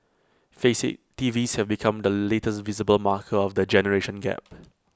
face IT TVs have become the latest visible marker of the generation gap